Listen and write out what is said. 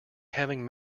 having